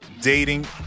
Dating